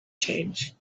change